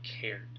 cared